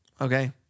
Okay